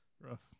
rough